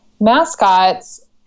mascots